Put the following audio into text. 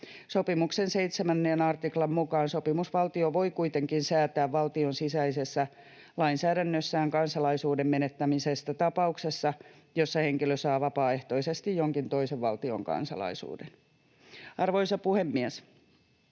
Sopimuksen 7. artiklan mukaan sopimusvaltio voi kuitenkin säätää valtion sisäisessä lainsäädännössään kansalaisuuden menettämisestä tapauksessa, jossa henkilö saa vapaaehtoisesti jonkin toisen valtion kansalaisuuden. Arvoisa puhemies!